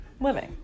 living